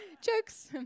Jokes